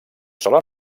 sola